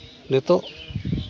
ᱱᱤᱛᱚᱜ